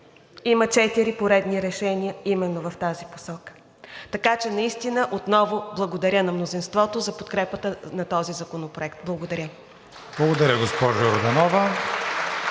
Има четири поредни решения именно в тази посока. Така че наистина отново благодаря на мнозинството за подкрепата на този законопроект. Благодаря. (Ръкопляскания